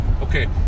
okay